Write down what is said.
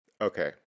Okay